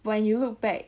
when you look back